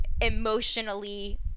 emotionally